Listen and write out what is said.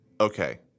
okay